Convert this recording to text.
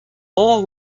more